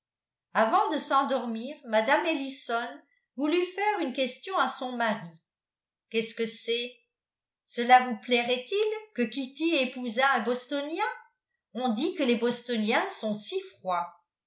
avant de s'endormir mme ellison voulut faire une question à son mari qu'est-ce que c'est cela vous plairait-il que kitty épousât un bostonien on dit que les bostoniens sont si froids